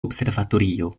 observatorio